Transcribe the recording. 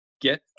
get